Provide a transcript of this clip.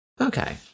Okay